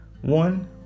one